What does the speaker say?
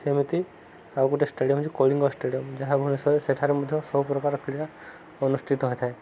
ସେମିତି ଆଉ ଗୋଟେ ଷ୍ଟାଡ଼ିୟମ ହଉଛି କଳିଙ୍ଗ ଷ୍ଟାଡ଼ିୟମ ଯାହା ଭୁବନେଶ୍ୱରରେ ସେଠାରେ ମଧ୍ୟ ସବୁ ପ୍ରକାର କ୍ରୀଡ଼ା ଅନୁଷ୍ଠିତ ହୋଇଥାଏ